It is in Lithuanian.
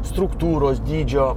struktūros dydžio